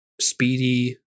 speedy